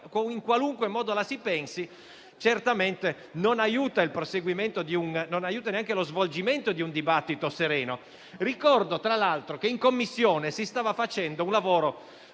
in qualunque modo la si pensi, certamente non aiuta neanche lo svolgimento di un dibattito sereno. Ricordo tra l'altro che in Commissione si stava facendo un lavoro